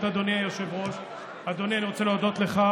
אדוני, אני רוצה להודות לך